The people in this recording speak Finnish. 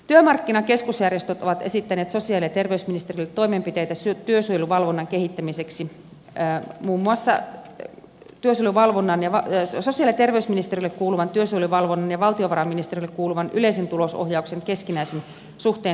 työmarkkinakeskusjärjestöt ovat esittäneet sosiaali ja terveysministeriölle toimenpiteitä työsuojeluvalvonnan kehittämiseksi muun muassa sosiaali ja terveysministeriölle kuuluvan työsuojeluvalvonnan ja valtiovarainministeriölle kuuluvan yleisen tulosohjauksen keskinäisen suhteen selkiyttämistä